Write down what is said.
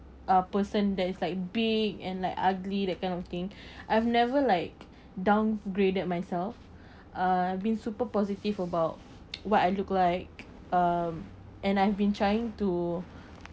a person that is like big and like ugly that kind of thing I've never like downgraded myself uh been super positive about what I look like um and I've been trying to